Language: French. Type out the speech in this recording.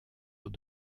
eaux